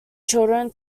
children